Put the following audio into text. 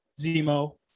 Zemo